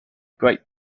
great